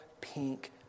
pink